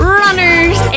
runners